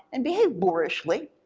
and behave boorishly,